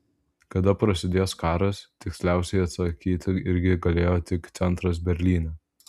kada prasidės karas tiksliausiai atsakyti irgi galėjo tik centras berlyne